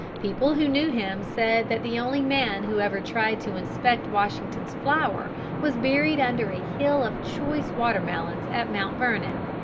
people who knew him said that the only man who ever tried to inspect washington's flour was buried under a hill of choice watermelons at mount vernon.